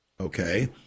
Okay